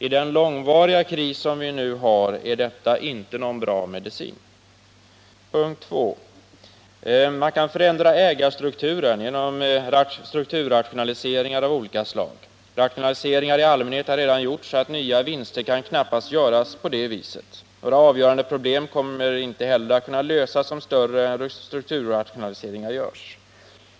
I den långvariga kris som vi har nu är detta inte någon bra medicin. 2. Man kan förändra ägarstrukturen genom strukturrationaliseringar av olika slag. Rationaliseringar i allmänhet har redan gjorts, varför nya vinster knappast kan göras på det viset. Några avgörande problem kommer inte heller att kunna lösas, om större strukturrationaliseringar görs.